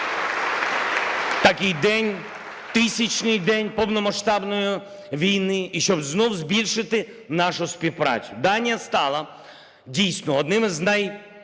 Такий день, тисячний день повномасштабної війни, і щоб знову збільшити нашу співпрацю. Данія стала дійсно одним із найнадійніших